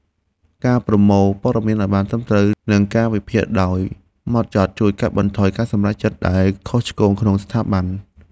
ការប្រមូលព័ត៌មានឱ្យបានត្រឹមត្រូវ និងការវិភាគដោយហ្មត់ចត់ជួយកាត់បន្ថយការសម្រេចចិត្តដែលខុសឆ្គងក្នុងស្ថាប័ន។